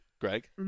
Greg